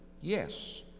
Yes